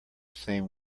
same